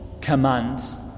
commands